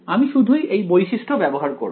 আমি শুধুই এই বৈশিষ্ট্য ব্যবহার করব